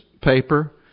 paper